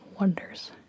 wonders